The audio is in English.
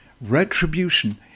Retribution